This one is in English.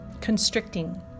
constricting